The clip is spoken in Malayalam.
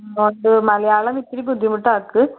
മോൾക്ക് മലയാളം ഇത്തിരി ബുദ്ധിമുട്ടാണ്